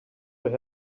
will